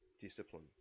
discipline